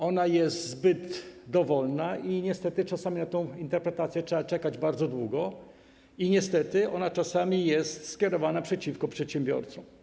Ona jest zbyt dowolna, czasami na tę interpretację trzeba czekać bardzo długo i niestety ona czasami jest skierowana przeciwko przedsiębiorcom.